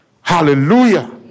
Hallelujah